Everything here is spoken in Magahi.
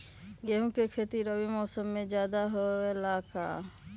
गेंहू के खेती रबी मौसम में ज्यादा होखेला का?